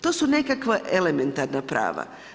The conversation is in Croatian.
To su nekakva elementarna prava.